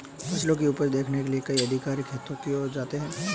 फसलों की उपज देखने के लिए कई अधिकारी खेतों में भी जाते हैं